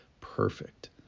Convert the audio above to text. perfect